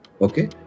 Okay